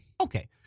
Okay